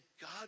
God